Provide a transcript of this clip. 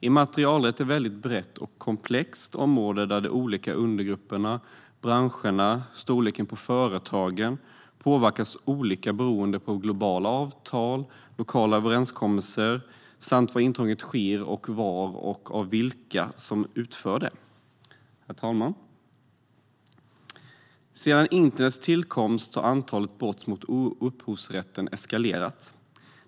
Immaterialrätt är ett väldigt brett och komplext område där de olika undergrupperna, branscherna och storleken på företagen påverkas olika beroende på globala avtal eller lokala överenskommelser samt var intrången sker och vem eller vilka som utför dem. Herr talman! Sedan internets tillkomst har antalet brott mot upphovsrätten eskalerat.